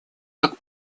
как